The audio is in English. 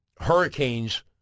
Hurricanes